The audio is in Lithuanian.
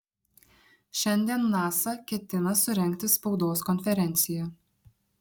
šiandien nasa ketina surengti spaudos konferenciją